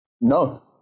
No